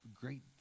great